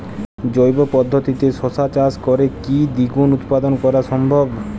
জৈব পদ্ধতিতে শশা চাষ করে কি দ্বিগুণ উৎপাদন করা সম্ভব?